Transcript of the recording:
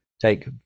take